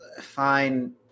Fine